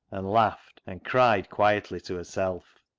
and laughed and cried quietly to herself.